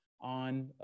on